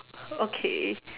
okay